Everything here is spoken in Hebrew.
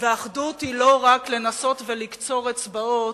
ואחדות היא לא רק לנסות ולקצור אצבעות,